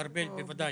ארבל, בוודאי.